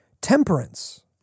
temperance